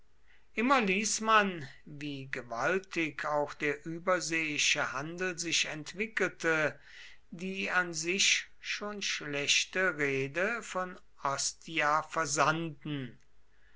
immer mehr ließ man wie gewaltig auch der überseeische handel sich entwickelte die an sich schon schlechte reede von ostia versanden